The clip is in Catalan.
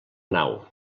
nau